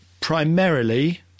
primarily